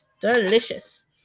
Delicious